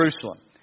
Jerusalem